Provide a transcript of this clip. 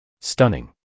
Stunning